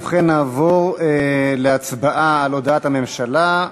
ובכן, נעבור להצבעה על הודעת הממשלה.